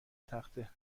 تخته